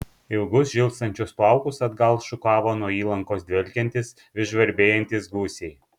ilgus žilstančius plaukus atgal šukavo nuo įlankos dvelkiantys vis žvarbėjantys gūsiai